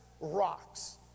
rocks